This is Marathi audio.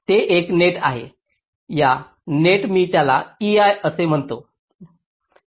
हे एक नेट आहे या नेट मी त्याला ei असे म्हटले आहे